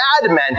madmen